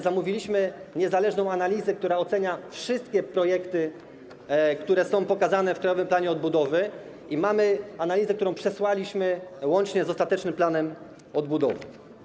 Zamówiliśmy niezależną analizę, która ocenia wszystkie projekty, które są ujęte w Krajowym Planie Odbudowy, i mamy analizę, którą przesłaliśmy łącznie z ostatecznym planem odbudowy.